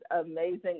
amazing